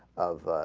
of ah.